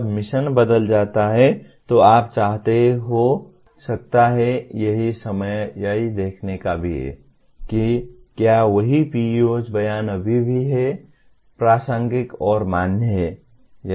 जब मिशन बदल जाता है तो आप चाहते हो सकता है यही समय यह देखने का भी है कि क्या वही PEOs बयान अभी भी मैं प्रासंगिक और मान्य हैं